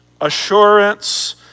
assurance